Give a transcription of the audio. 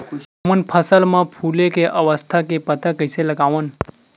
हमन फसल मा फुले के अवस्था के पता कइसे लगावन?